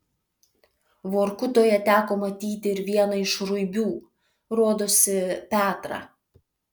vorkutoje teko matyti ir vieną iš ruibių rodosi petrą